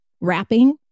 wrapping